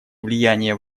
влияние